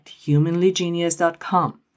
humanlygenius.com